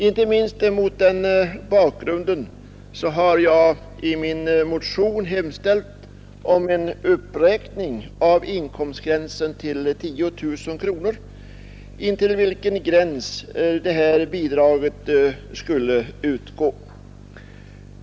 Inte minst emot den bakgrunden har jag i min motion hemställt om en uppräkning av inkomstgränsen till 10 000 kronor, intill vilken gräns bidraget skulle utgå.